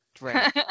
Right